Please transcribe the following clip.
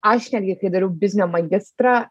aš netgi kai dariau biznio magistrą